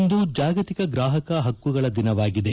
ಇಂದು ಜಾಗತಿಕ ಗ್ರಾಹಕ ಹಕ್ಕುಗಳ ದಿನವಾಗಿದೆ